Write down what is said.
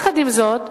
עם זאת,